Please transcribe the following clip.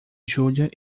júlia